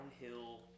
downhill